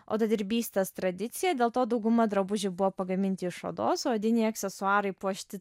odadirbystės tradiciją dėl to dauguma drabužių buvo pagaminti iš odos odiniai aksesuarai puošti